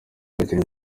bakinnyi